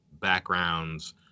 backgrounds